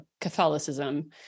Catholicism